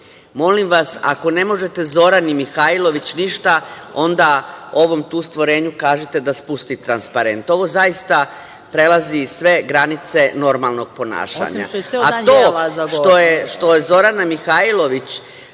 molim vas, ako ne možete Zorani Mihajlović ništa, onda ovom tu stvorenju kažite da spusti transparent. Ovo zaista prelazi sve granice normalnog ponašanja.(Katarina Rakić: